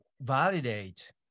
validate